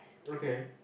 okay